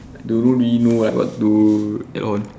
don't know don't really know what to add on